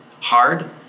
hard